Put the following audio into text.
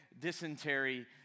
dysentery